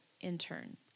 intern